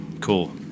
Cool